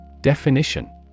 Definition